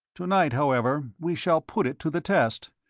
to-night, however, we shall put it to the test,